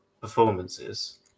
performances